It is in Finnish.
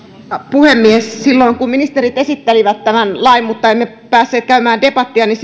puhemies silloin kun ministerit esittelivät tämän lain mutta emme päässeet käymään debattia